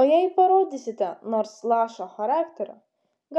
o jei parodysite nors lašą charakterio